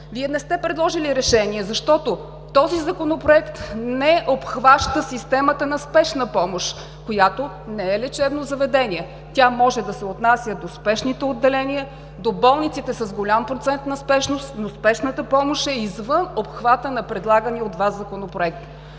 Вие не сте предложили решение, защото този Законопроект не обхваща системата на спешна помощ, която не е лечебно заведение. Тя може да се отнася до спешните отделения, до болниците с голям процент на спешност, но спешната помощ е извън обхвата на предлагания от Вас Законопроект.